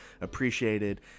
appreciated